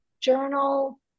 journal